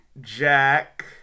jack